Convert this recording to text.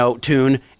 tune